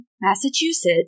massachusetts